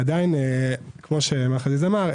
עדיין כפי שמר חזיז אמר,